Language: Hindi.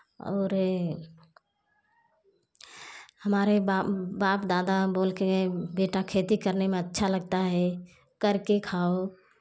और हमारे बाप दादा बोलते थे बेटा खेती करने में अच्छा लगता है करके खाओ